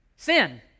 Sin